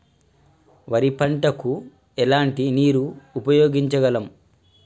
వరి పంట కు ఎలాంటి నీరు ఉపయోగించగలం?